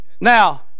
now